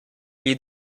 gli